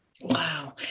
Wow